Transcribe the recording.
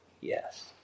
Yes